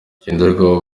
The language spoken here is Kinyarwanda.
ngenderwaho